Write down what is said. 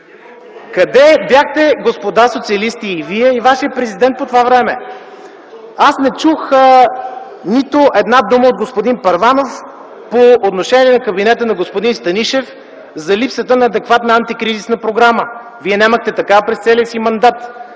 Къде бяхте, господа социалисти – и вие, и вашия президент по това време? Аз не чух нито една дума от господин Първанов по отношение на кабинета на господин Станишев за липсата на адекватна антикризисна програма. Вие нямахте такава през целия си мандат.